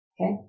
Okay